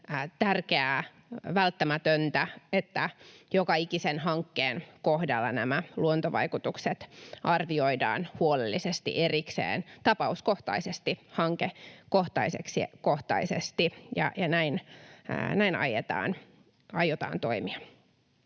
tärkeää, välttämätöntä, että joka ikisen hankkeen kohdalla nämä luontovaikutukset arvioidaan huolellisesti erikseen, tapauskohtaisesti, hankekohtaisesti, ja näin aiotaan toimia.